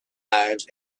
lives